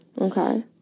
okay